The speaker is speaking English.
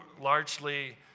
largely